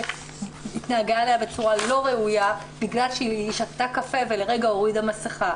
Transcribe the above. התנהגה אליה בצורה לא ראויה בגלל שהיא שתתה קפה ולרגע הורידה מסכה.